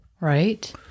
right